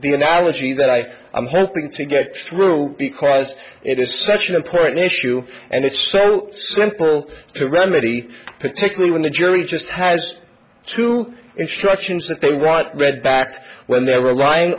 the analogy that i i'm hoping to get through because it is such an important issue and it's so simple to remedy particularly when the jury just has to instruct that they write read back when they're relying